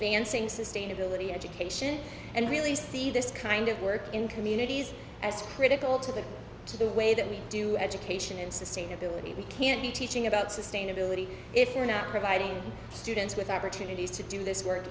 vancing sustainability education and really see this kind of work in communities as critical to the to the way that we do education and sustainability we can't be teaching about sustainability if we're not providing students with opportunities to do this work